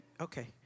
Okay